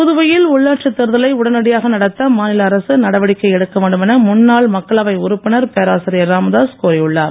புதுவையில் உள்ளாட்சி தேர்தலை உடனடியாக நடத்த மாநில அரசு நடவடிக்கை எடுக்க வேண்டும் என முன்னாள் மக்களவை உறுப்பினர் பேராசிரியர் ராமதாஸ் கோரியுள்ளார்